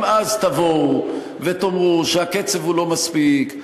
אם אז תבואו ותאמרו שהקצב הוא לא מספיק,